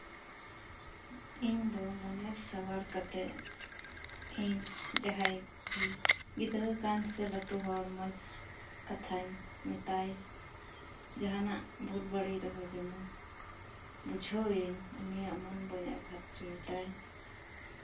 ᱤᱧ ᱫᱚ ᱢᱚᱱᱮ ᱥᱟᱶᱟᱨ ᱠᱟᱛᱮᱫ ᱤᱧ ᱫᱚ ᱡᱟᱦᱟᱸᱭ ᱜᱤᱧ ᱜᱤᱫᱽᱨᱟᱹ ᱠᱟᱱᱥᱮ ᱞᱟᱹᱴᱩ ᱦᱚᱲ ᱢᱚᱸᱡᱽ ᱠᱟᱛᱷᱟᱧ ᱢᱮᱛᱟᱭ ᱡᱟᱦᱟᱱᱟᱜ ᱵᱷᱩᱞ ᱵᱟᱹᱲᱤᱡᱚᱜ ᱨᱮᱦᱚᱸ ᱡᱮᱢᱚᱱ ᱵᱩᱡᱷᱟᱹᱣ ᱮᱭᱟᱧ ᱩᱱᱤᱭᱟᱜ ᱢᱚᱱ ᱵᱟᱹᱧ ᱟᱜᱷᱟᱫ ᱦᱚᱪᱚᱭ ᱛᱟᱭ